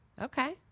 Okay